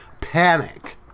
panic